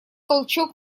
толчок